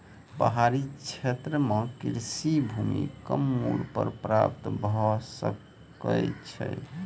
पहाड़ी क्षेत्र में कृषि भूमि कम मूल्य पर प्राप्त भ सकै छै